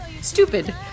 stupid